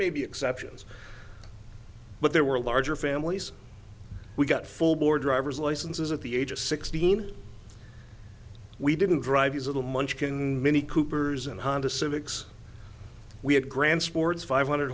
may be exceptions but there were larger families we got full board drivers licenses at the age of sixteen we didn't drive these little munchkin mini coopers and honda civics we had grand sports five hundred